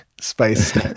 space